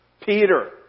Peter